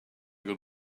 got